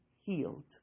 healed